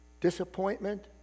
disappointment